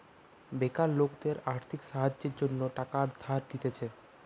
বেকার লোকদের আর্থিক সাহায্যের জন্য টাকা ধার দিতেছে